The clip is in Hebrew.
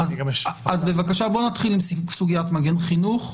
נתחיל בסוגיית מגן חינוך,